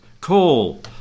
call